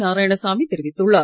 நாராயணசாமி தெரிவித்துள்ளார்